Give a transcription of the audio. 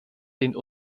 den